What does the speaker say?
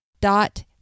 dot